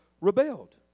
rebelled